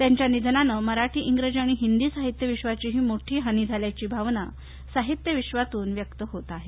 त्यांच्या निधनानं मराठी इंग्रजी आणि हिदी साहित्यविश्वाची मोठी हानी झाल्याची भावना साहित्यविश्वातून व्यक्त होत आहे